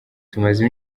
tumaze